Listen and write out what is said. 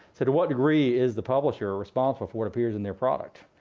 so to what degree is the publisher responsible for what appears in their product?